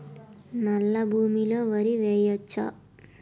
నల్లా భూమి లో వరి వేయచ్చా?